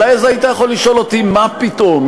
אבל אז היית יכול לשאול אותי: מה פתאום?